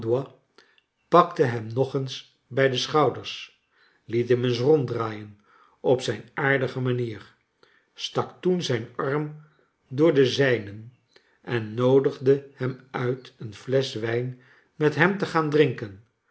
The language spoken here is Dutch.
pakte hem nog eens bij de sehouders liet hem eens ronddraaien op zijn aardige manier stak toen zijn arm door den zijnen en noodigde hem uit een flesch wijn met hem te gaan drinken